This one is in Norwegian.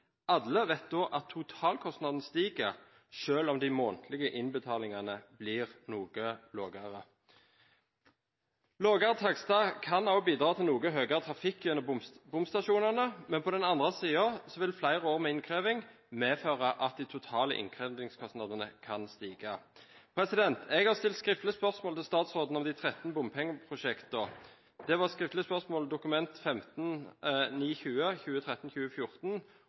Alle vet at totalkostnaden da stiger, selv om de månedlige innbetalingene blir noe lavere. Lavere takster kan også bidra til noe høyere trafikk gjennom bomstasjonene, men på den andre siden vil flere år med innkreving medføre at de totale innkrevingskostnadene kan stige. Jeg har stilt skriftlig spørsmål til statsråden om de 13 bompengeprosjektene. Det var et skriftlig spørsmål, Dokument